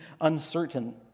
uncertain